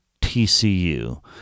TCU